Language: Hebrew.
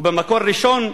ובמקור ראשון,